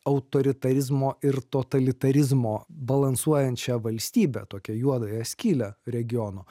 autoritarizmo ir totalitarizmo balansuojančią valstybę tokią juodąją skylę regiono